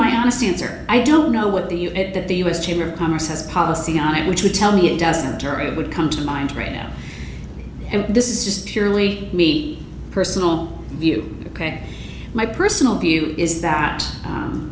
my honest answer i don't know what the unit that the u s chamber of commerce has policy on it which would tell me it doesn't matter it would come to mind right now and this is just purely me personal view ok my personal view is that